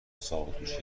ساقدوش